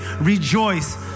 rejoice